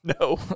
No